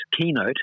keynote